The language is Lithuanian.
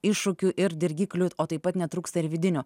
iššūkių ir dirgiklių o taip pat netrūksta ir vidinių